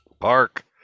park